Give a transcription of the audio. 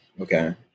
okay